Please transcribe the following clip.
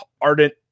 ardent